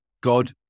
God